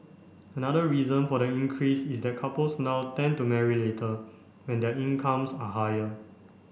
another reason for the increase is that couples now tend to marry later when their incomes are higher